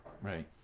Right